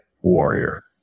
warrior